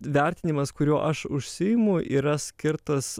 vertinimas kuriuo aš užsiimu yra skirtas